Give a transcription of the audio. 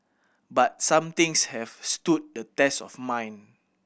but some things have stood the test of mine